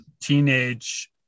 teenage